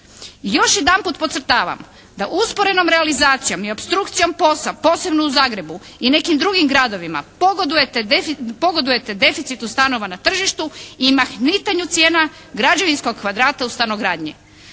Još jedanput podcrtavam da usporenom realizacijom i opstrukcijom POS-a posebno u Zagrebu i nekim drugim gradovima pogodujete deficitu stanova na tržištu i mahnitanju cijena građevinskog kvadrata u stanogradnji.